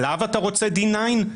עליו אתה רוצה D-9?